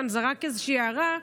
זרק איזושהי הערה: